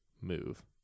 move